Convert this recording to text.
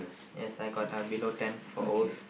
yes I got uh below ten for Os